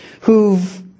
who've